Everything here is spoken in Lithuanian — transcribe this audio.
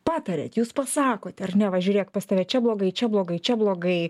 patariat jūs pasakot ar ne va žiūrėk pas tave čia blogai čia blogai čia blogai